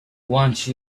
once